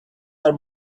are